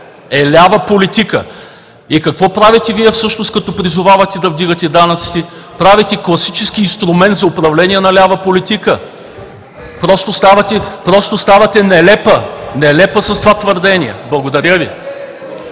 е лява политика! И какво правите Вие всъщност, като призовавате да вдигате данъците? Правите класически инструмент за управление на лява политика. Просто ставате нелепа, нелепа с това твърдение! Благодаря Ви.